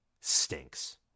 stinks